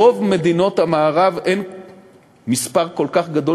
ברוב מדינות המערב אין מספר כל כך גדול